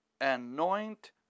Anoint